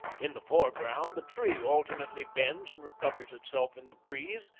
in the foreground the tree alternately bends and recovers itself in the breeze,